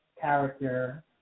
character